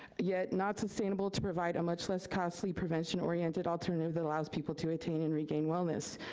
yet not sustainable to provide a much less costly prevention-oriented alternative that allows people to retain and regain wellness.